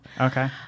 Okay